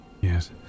Yes